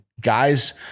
guys